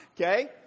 Okay